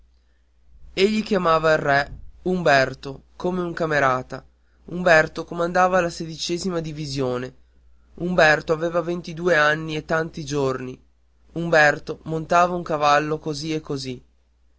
combinazioni egli chiamava il re umberto come un camerata umberto comandava la divisione umberto aveva ventidue anni e tanti giorni umberto montava a cavallo così e così